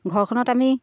ঘৰখনত আমি